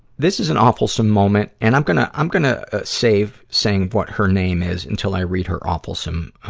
this is an awfulsome moment. and i'm gonna, i'm gonna save saying what her name is until i read her awfulsome, ah,